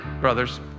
brothers